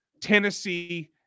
Tennessee